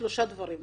שלושה דברים נוספים.